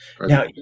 Now